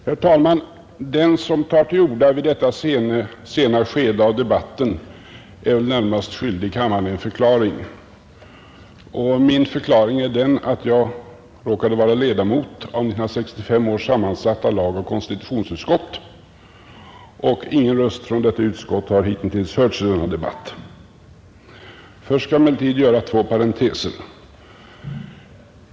Herr talman! Den som tar till orda i detta sena skede av debatten är väl närmast skyldig kammaren en förklaring. Min förklaring är den att jag råkade vara ledamot av 1965 års sammansatta lagoch konstitutionsutskott och att ingen röst från detta utskott hittills hörts i denna debatt. Först skall jag emellertid göra två parenteser.